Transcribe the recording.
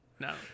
no